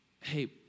hey